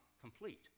complete